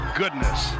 goodness